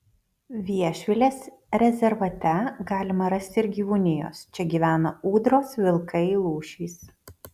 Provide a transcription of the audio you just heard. viešvilės rezervate galima rasti ir gyvūnijos čia gyvena ūdros vilkai lūšys